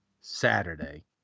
Saturday